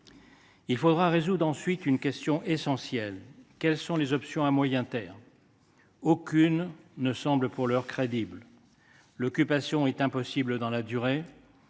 Il faudra ensuite répondre à une question essentielle : quelles sont les options à moyen terme ? Aucune ne semble pour l’heure crédible. L’occupation est impossible dans la durée,